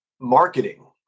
marketing